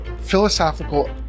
philosophical